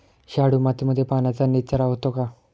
शाडू मातीमध्ये पाण्याचा निचरा होतो का?